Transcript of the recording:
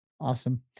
Awesome